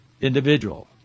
individual